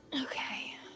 okay